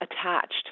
attached